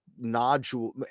Nodule